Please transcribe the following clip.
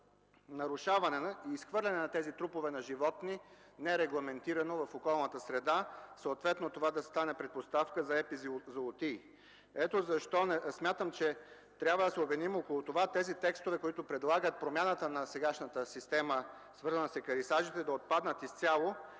нарушаване и изхвърляне на тези трупове на животни нерегламентирано в околната среда, съответно това да стане предпоставка за епизоотии. Ето защо смятам, че трябва да се обединим около това изцяло да отпаднат текстовете, които предлагат отмяната на сегашната система, свързана с екарисажите. Да остане